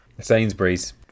Sainsbury's